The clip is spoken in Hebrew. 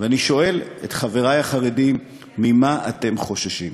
ואני שואל את חברי החרדים, ממה אתם חוששים?